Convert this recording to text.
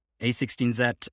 A16Z